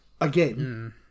again